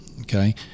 Okay